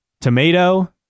tomato